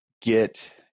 Get